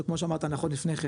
שכמו שאמרת נכון לפני כן,